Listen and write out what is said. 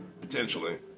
Potentially